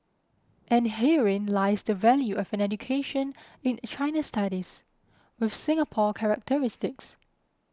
and herein lies the value of an education in China studies with Singapore characteristics